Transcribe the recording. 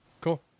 Cool